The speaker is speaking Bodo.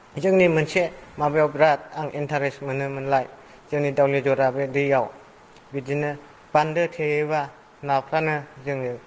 जोंनि मोनसे माबायाव बिराद आं इन्तारेस्ट मोनोमोनलाय जोंनि दावलिझरा बे दैयाव बिदिनो बान्दो थेयोबा नाफ्रानो जोङो